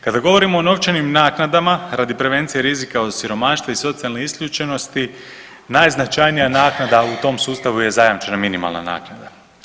Kada govorimo o novčanim naknadama radi prevencije rizika od siromaštva i socijalne isključenosti najznačajnija naknada u tom sustavu je zajamčena minimalna naknada.